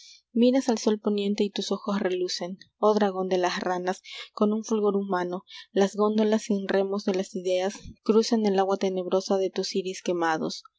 miras al sol poniente y tus ojos relucen oh dragón de las ranas con un fulgor humano las góndolas sin remos de las ideas cruzan el agua tenebrosa de tus iris quemados